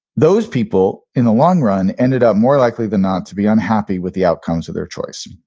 those people in the long run ended up more likely than not to be unhappy with the outcomes of their choice,